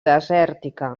desèrtica